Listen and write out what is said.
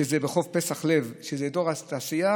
שזה ברחוב פסח לב, שזה באזור התעשייה.